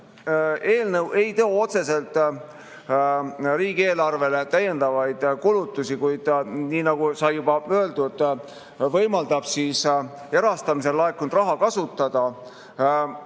eelnõu ei too otseselt riigieelarvele täiendavaid kulutusi, kuid, nii nagu sai juba öeldud, see võimaldab osa erastamisel laekunud raha [selleks]